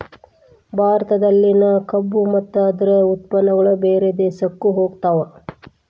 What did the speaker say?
ಭಾರತದಲ್ಲಿನ ಕಬ್ಬು ಮತ್ತ ಅದ್ರ ಉತ್ಪನ್ನಗಳು ಬೇರೆ ದೇಶಕ್ಕು ಹೊಗತಾವ